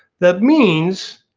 that means